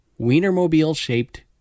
Wienermobile-shaped